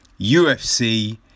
UFC